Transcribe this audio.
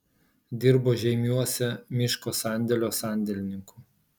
dirbo žeimiuose miško sandėlio sandėlininku